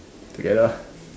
together lah